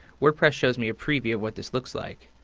wordpress shows me a preview of what this looks like.